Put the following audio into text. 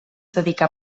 dedicà